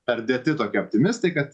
perdėti tokie optimistai kad